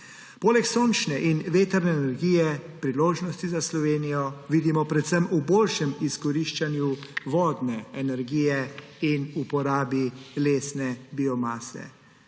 Poleg sončne in vetrne energije priložnosti za Slovenijo vidimo predvsem v boljšem izkoriščanju vodne energije in uporabi lesne biomase.